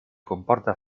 comporta